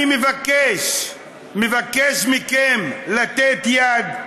אני מבקש, מבקש מכם לתת יד,